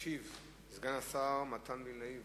ישיב סגן השר מתן וילנאי.